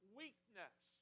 weakness